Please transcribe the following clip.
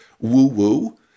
woo-woo